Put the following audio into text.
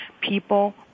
people